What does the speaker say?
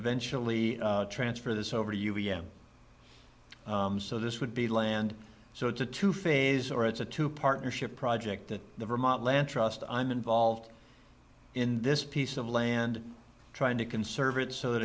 eventually transfer this over to you again so this would be land so it's a two phase or it's a two partnership project that the vermont land trust i'm involved in this piece of land trying to conserve it so that